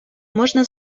можна